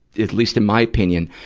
at least in my opinion,